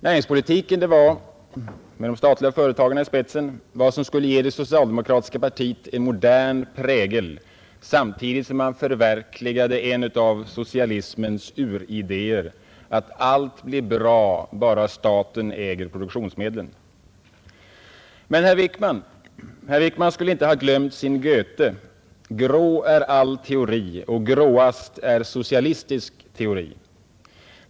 Näringspolitiken med de statliga företagen i spetsen var vad som skulle ge det socialdemokratiska partiet en modern prägel samtidigt som man förverkligade en av socialismens uridéer — att allt blir bra om staten äger produktionsmedlen. Men herr Wickman skulle inte ha glömt sin Goethe. Grå är all teori. Och gråast är socialistisk teori.